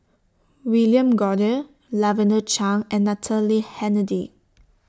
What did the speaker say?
William Goode Lavender Chang and Natalie Hennedige